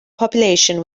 population